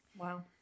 Wow